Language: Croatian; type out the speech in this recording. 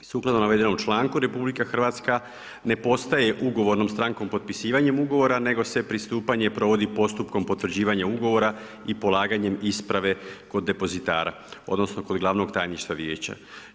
Sukladno navedenom članku Republika Hrvatska ne postaje ugovornom strankom potpisivanjem ugovora, nego se pristupanje provodi postupkom potvrđivanja Ugovora i polaganjem isprave kod depozitara odnosno kod Glavnog tajništva Vijeća.